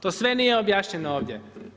To sve nije objašnjeno ovdje.